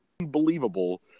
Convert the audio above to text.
unbelievable